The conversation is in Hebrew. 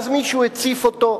ואז מישהו הציף אותו,